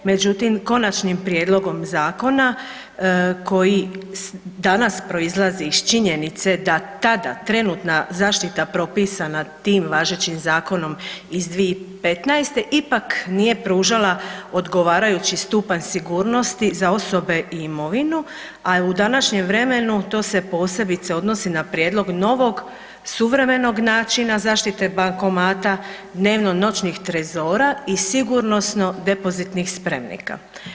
Međutim, konačnim prijedlogom zakona koji danas proizlazi iz činjenice da tada trenutna zaštita propisana tim važećim zakonom iz 2015. ipak nije pružala odgovarajući stupanj sigurnosti za osobe i imovinu, a u današnjem vremenu to se posebice odnosi na prijedlog novog suvremenog načina zaštite bankomata, dnevno-noćnih trezora i sigurnosno-depozitnih spremnika.